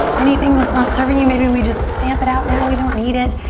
anything that's not serving you maybe we just stamp it out now. we don't need it.